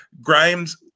Grimes